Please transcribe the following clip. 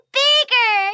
bigger